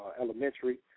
Elementary